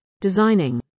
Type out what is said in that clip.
designing